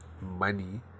money